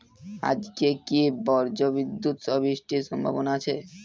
আজকে কি ব্রর্জবিদুৎ সহ বৃষ্টির সম্ভাবনা আছে?